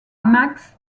max